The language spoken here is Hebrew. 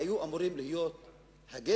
היו אמורים להיות הגשר